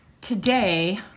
today